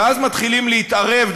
ואז מתחילים להתערב,